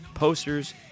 Posters